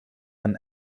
een